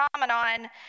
phenomenon